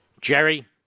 Jerry